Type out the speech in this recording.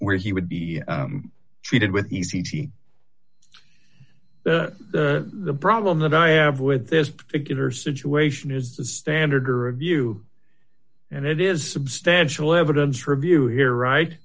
where he would be treated with ease he the problem that i have with this particular situation is the standard or review and it is substantial evidence review here right